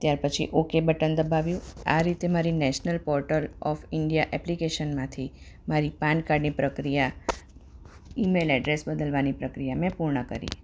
ત્યાર પછી okay button દબાવ્યું આ રીતે મારી નેશનલ પોર્ટલ ઓફ ઈન્ડિયા એપ્લિકેશનમાંથી મારી પાનકાર્ડની પ્રક્રિયા ઈમેલ એડ્રેસ બદલવાની પ્રક્રિયા મેં પૂર્ણ કરી